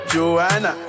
Joanna